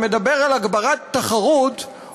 שמדבר על הגברת תחרות,